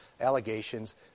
allegations